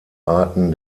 arten